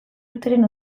urteren